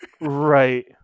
right